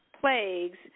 plagues